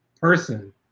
person